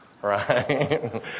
right